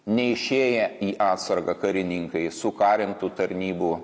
neišėję į atsargą karininkai sukarintų tarnybų